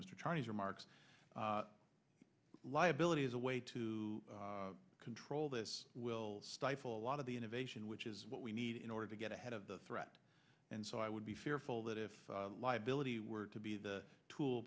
o chinese remarks liability as a way to control this will stifle a lot of the innovation which is what we need in order to get ahead of the threat and so i would be fearful that if liability were to be the tool